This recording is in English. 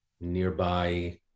nearby